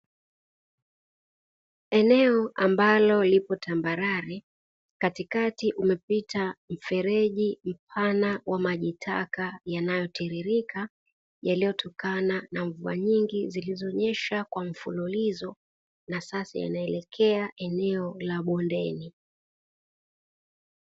Eneo ambalo lipo tambarare katikati umepita mfereji mpana wa maji taka yanayotiririka yaliyotokana na mvua nyingi zilizonyesha kwa mfululizo na sasa yanaelekea eneo la bondeni.